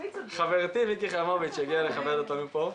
חברתי מיקי חיימוביץ' שהגיעה לכבד אותנו פה.